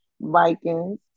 Vikings